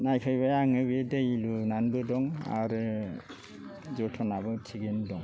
नायफैबाय आङो दै लुनानैबो दं आरो जोथोनाबो थिगैनो दं